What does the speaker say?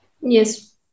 Yes